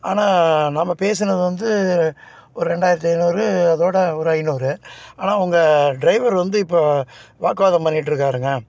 ஆனால் நம்ம பேசினது வந்து ஒரு ரெண்டாயிரத்தி ஐந்நூறு அதோடு ஒரு ஐந்நூறு ஆனால் உங்கள் டிரைவர் வந்து இப்போது வாக்குவாதம் பண்ணிட்டிருக்காருங்க